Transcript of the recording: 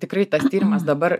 tikrai tas tyrimas dabar